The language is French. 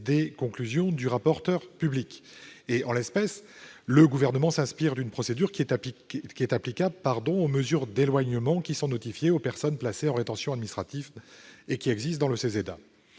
des conclusions du rapporteur public. En l'occurrence, il s'inspire d'une procédure applicable aux mesures d'éloignement qui sont notifiées aux personnes placées en rétention administrative, figurant dans le code